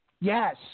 Yes